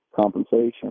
compensation